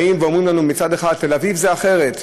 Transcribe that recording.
באים ואומרים לנו מצד אחד: תל-אביב זה אחרת,